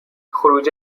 خروج